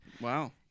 Wow